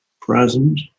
present